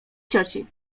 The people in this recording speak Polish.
cioci